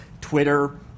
Twitter